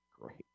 Great